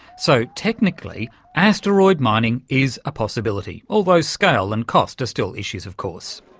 so, technically asteroid mining is a possibility, although scale and cost are still issues of course.